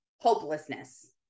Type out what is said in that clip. hopelessness